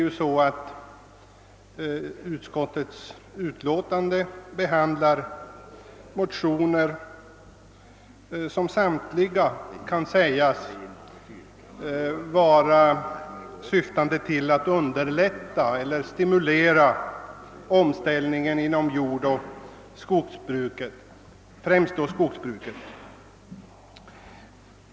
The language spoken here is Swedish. Utskottets utlåtande behandlar ju motioner som samtliga syftar till att stimulera omställningen inom jordoch skogsbruket, främst det senare.